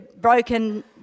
broken